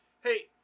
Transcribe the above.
Hey